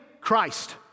Christ